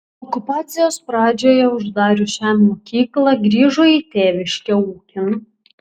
okupacijos pradžioje uždarius šią mokyklą grįžo į tėviškę ūkin